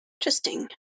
Interesting